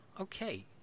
okay